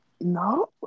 No